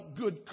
good